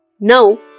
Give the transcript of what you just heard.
Now